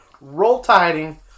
roll-tiding